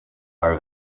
are